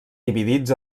dividits